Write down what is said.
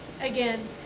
again